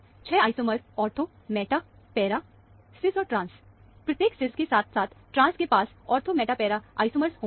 6 isomers ortho meta और para cis trans प्रत्येक cis के साथ साथ ट्रांस के पास ऑर्थो मेटा पैरा आइसोमर्स होंगे